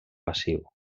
passiu